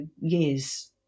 years